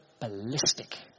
ballistic